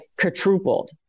quadrupled